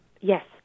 Yes